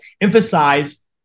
emphasize